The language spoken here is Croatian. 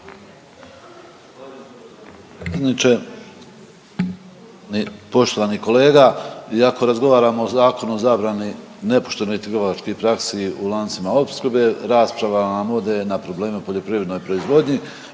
poštovani kolega, i ako razgovaramo o Zakonu o zabrani nepoštenih trgovačkih praksi u lancima opskrbe rasprava nam ode na probleme u poljoprivrednoj proizvodnji